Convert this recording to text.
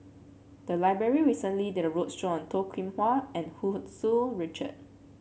the library recently did a roadshow on Toh Kim Hwa and Hu Tsu Tau Richard